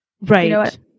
Right